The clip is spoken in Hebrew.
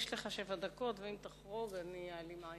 אם תחרוג אני אעלים עין.